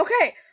Okay